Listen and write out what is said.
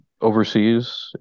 overseas